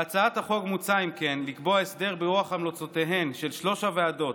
בהצעת החוק מוצע אם כן לקבוע הסדר ברוח המלצותיהן של שלוש הוועדות,